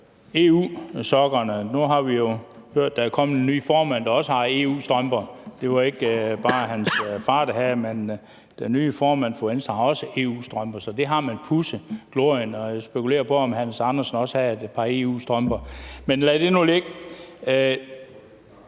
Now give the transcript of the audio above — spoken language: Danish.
glorien. Nu har vi jo hørt, at der er kommet en ny formand for Venstre, der også har EU-strømper – det var ikke bare hans far, der havde det, men den nye formand har også EU-strømper – så man har pudset glorien, og jeg spekulerer på, om hr. Hans Andersen også har et par EU-strømper. Men lad nu det ligge.